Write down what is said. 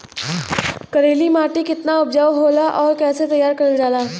करेली माटी कितना उपजाऊ होला और कैसे तैयार करल जाला?